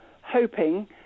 hoping